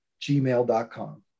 gmail.com